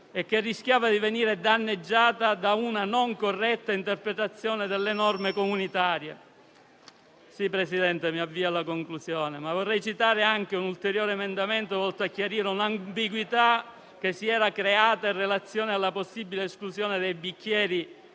e che rischiava di venire danneggiata da una non corretta interpretazione delle norme comunitarie. Vorrei citare un ulteriore emendamento volto a chiarire un'ambiguità che si era creata in relazione alla possibile esclusione dei bicchieri